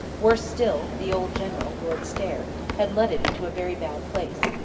worse still, the old general, lord stair, had led it into a very bad place.